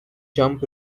jump